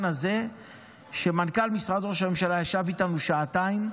הזה שמנכ"ל משרד ראש הממשלה ישב איתנו שעתיים,